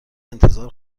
انتظار